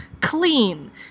clean